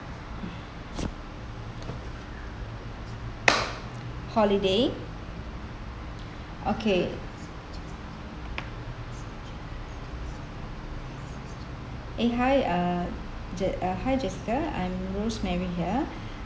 holiday okay eh hi uh ja~ uh hi jassica I'm rosemary here